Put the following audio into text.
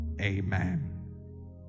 Amen